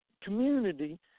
community